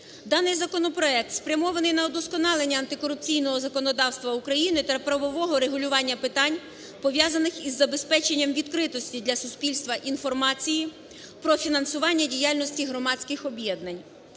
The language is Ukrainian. Даний законопроект спрямований на удосконалення антикорупційного законодавства України та правового регулювання питань пов'язаних із забезпеченням відкритості для суспільства інформації про фінансування діяльності громадських об'єднань.